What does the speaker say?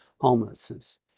homelessness